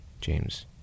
James